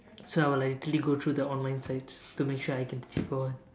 so I will like really go through the online site to make sure I can get the cheaper one